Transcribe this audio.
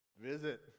Visit